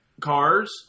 cars